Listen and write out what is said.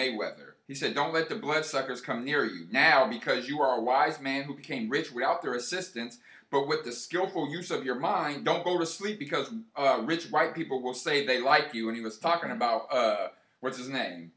a whether he said don't let the glass suckers come near you now because you are a wise man who became rich without their assistance but with the skillful use of your mind don't go to sleep because rich white people will say they like you when he was talking about what's his name